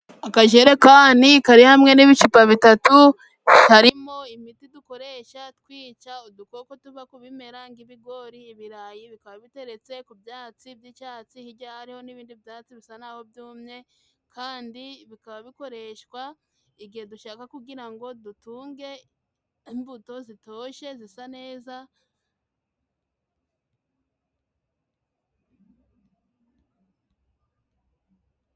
Akajerekani kari hamwe n'ibicupa bitatu. Harimo imiti dukoresha twica udukoko tuva ku bimera nk'ibigori, ibirayi, bikaba biteretse ku byatsi by'icyatsi. Hirya hariho n'ibindi byatsi bisa n'aho byumye, kandi bikaba bikoreshwa igihe dushaka kugira ngo dutunge imbuto zitoshye zisa neza.